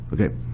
Okay